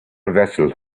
vessel